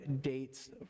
dates